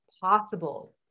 possible